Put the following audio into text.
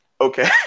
Okay